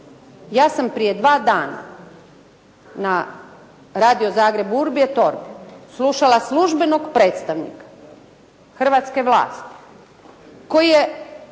Ja sam prije dva dana na radio Zagreb …/Govornik se ne razumije./… slušala službenog predstavnika hrvatske vlasti koji je